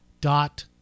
dot